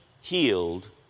healed